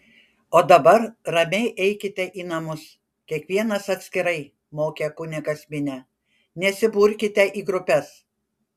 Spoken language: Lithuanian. o dabar ramiai eikite į namus kiekvienas atskirai mokė kunigas minią nesiburkite į grupes